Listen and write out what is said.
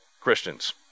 Christians